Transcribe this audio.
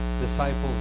disciples